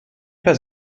pas